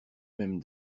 même